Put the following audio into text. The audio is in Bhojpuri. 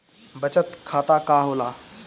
बचत खाता का होला?